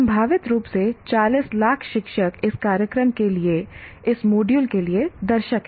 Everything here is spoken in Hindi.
संभावित रूप से 40 लाख शिक्षक इस कार्यक्रम के लिए इस मॉड्यूल के लिए दर्शक हैं